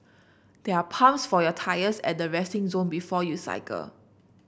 they are pumps for your tyres at the resting zone before you cycle